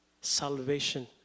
Salvation